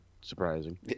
surprising